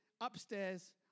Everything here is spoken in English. upstairs